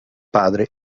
padre